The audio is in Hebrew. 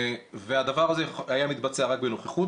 הדבר הזה היה מתבצע רק בנוכחות,